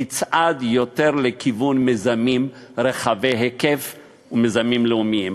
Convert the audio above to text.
נצעד יותר לכיוון מיזמים רחבי היקף ומיזמים לאומיים.